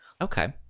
Okay